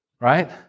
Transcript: right